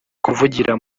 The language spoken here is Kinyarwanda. kuvugira